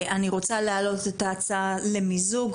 אני רוצה להעלות להצבעה את ההצעה למיזוג.